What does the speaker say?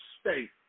state